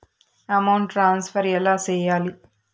amount transfer ఎలా సేయాలి